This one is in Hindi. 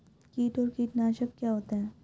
कीट और कीटनाशक क्या होते हैं?